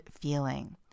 feeling